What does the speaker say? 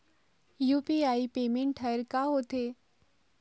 UPI payment हर का होते?